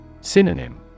Synonym